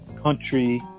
country